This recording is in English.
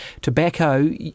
Tobacco